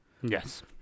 Yes